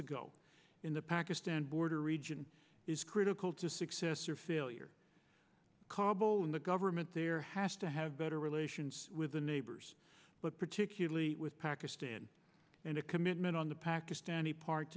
ago in the pakistan border region is critical to success or failure kabul and the government there has to have better relations with the neighbors but particularly with pakistan and a commitment on the pakistani part